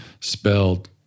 Spelled